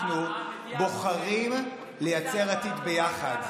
לא הצלחתם אנחנו בוחרים לייצר עתיד ביחד,